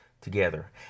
together